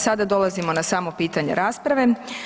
Sada dolazimo na samo pitanje rasprave.